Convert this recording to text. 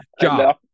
job